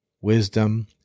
wisdom